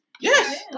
yes